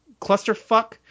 clusterfuck